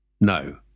No